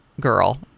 girl